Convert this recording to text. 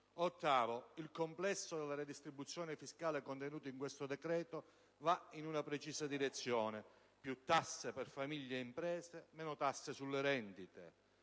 Ottavo "no": il complesso della redistribuzione fiscale contenuta in questo decreto va in una direzione precisa: quella di più tasse per famiglie e imprese, meno tasse sulle rendite.